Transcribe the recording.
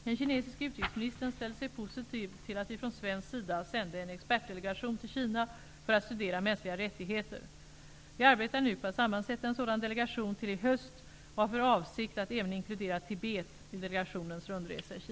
Den kinesiske utrikesministern ställde sig positiv till att vi från svensk sida sänder en expertdelegation till Kina för att studera mänskliga rättigheter. Vi arbetar nu på att sammansätta en sådan delegation till i höst och har för avsikt att även inkludera Tibet i delegationens rundresa i